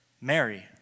Mary